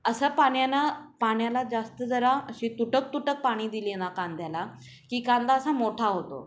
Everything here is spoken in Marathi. असा पाण्यानं पाण्याला जास्त जरा अशी तुटक तुटक पाणी दिली ना कांद्याला की कांदा असा मोठा होतो